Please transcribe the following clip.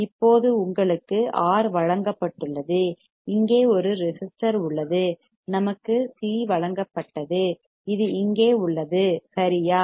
இப்போது உங்களுக்கு R வழங்கப்பட்டுள்ளது இங்கே ஒரு ரெசிஸ்டர் உள்ளது நமக்கு C வழங்கப்பட்டது இது இங்கே உள்ளது சரியா